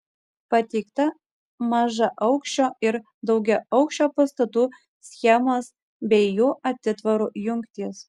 pateikta mažaaukščio ir daugiaaukščio pastatų schemos bei jų atitvarų jungtys